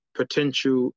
potential